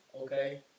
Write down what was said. Okay